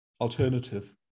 alternative